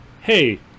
hey